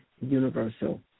universal